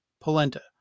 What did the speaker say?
polenta